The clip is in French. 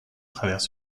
traverse